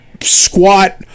squat